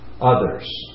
others